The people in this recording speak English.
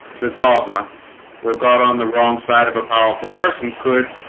the dogma will got on the wrong side of a powerful person could